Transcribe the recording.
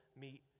meet